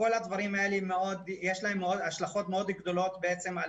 לכל הדברים יש השלכות מאוד גדולות בעצם על